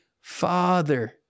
Father